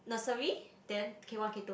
nursery then K one K two